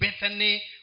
Bethany